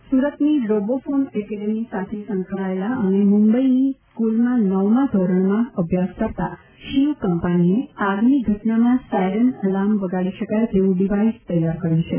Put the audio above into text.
સુરત આગ સુરતની Robofun academy સાથે સંકળાયેલા અને મુંબઇની સ્કૂલમાં નવમાં ધોરણમાં અભ્યાસ કરતા શિવ કંપાનીએ આગની ઘટનામાં સાયરન અલાર્મ વગાડી શકાય એવું ડિવાઇસ તેયાર કર્યું છે